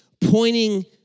pointing